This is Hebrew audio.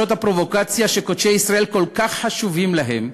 הפרובוקציה שקודשי ישראל כל כך חשובים להן,